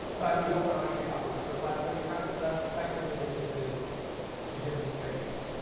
but you don't want to like kick off a web request every time, so that's effectively what this is demonstrating,